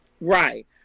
Right